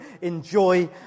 enjoy